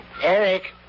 Eric